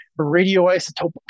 radioisotope